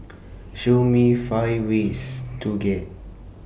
Show Me five ways to get